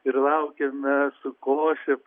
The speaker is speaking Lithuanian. ir laukiame su koše